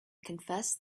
confessed